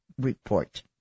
report